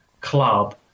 club